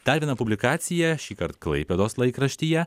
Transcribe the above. dar viena publikacija šįkart klaipėdos laikraštyje